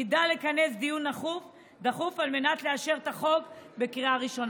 ידע לקיים דיון דחוף על מנת לאשר את החוק בקריאה ראשונה.